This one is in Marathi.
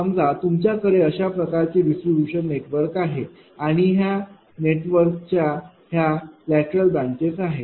समजा तुमच्याकडे अशा प्रकारचे डिस्ट्रीब्यूशन नेटवर्क आहे आणि या नेटवर्क ह्या लॅटरल ब्रांचेस आहेत